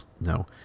no